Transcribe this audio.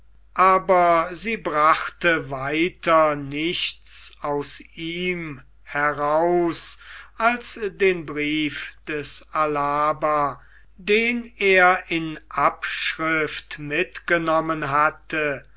aber sie brachte weiter nichts aus ihm heraus als den brief des alava den er in abschrift mitgenommen hatte